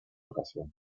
ocasiones